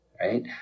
Right